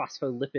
phospholipid